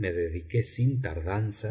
me dediqué sin tardanza